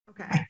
Okay